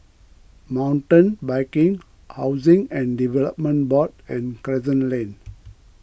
Mountain Biking Housing and Development Board and Crescent Lane